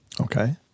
Okay